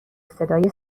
صدای